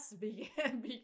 began